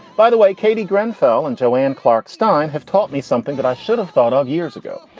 by the way, katie grenfell and jo ann clark stein have taught me something that i should've thought of years ago.